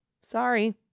Sorry